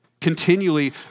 continually